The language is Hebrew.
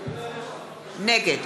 נגד